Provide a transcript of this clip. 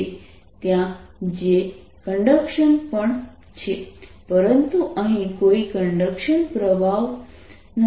ત્યાં j conduction પણ છે પરંતુ અહીં કોઈ કન્ડક્શન પ્રવાહો નથી